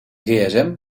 gsm